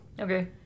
Okay